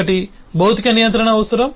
ఒకటి భౌతిక నియంత్రణ అవసరం